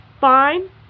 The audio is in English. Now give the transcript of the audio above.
fine